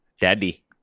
Daddy